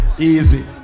easy